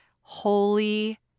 Holy